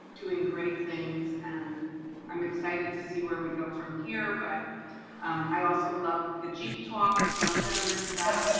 doing great things and i'm excited to see where we go from here. but i also loved the jeep talks, so i'm gonna miss that. i